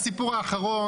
לגבי הסיפור האחרון,